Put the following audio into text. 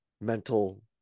mental